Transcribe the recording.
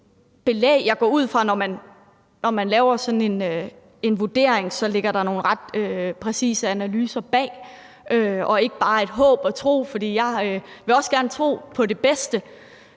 Jeg går ud fra, at der, når man laver sådan en vurdering, ligger nogle ret præcise analyser bag og ikke bare et håb og en tro. For jeg vil også gerne tro på det bedste,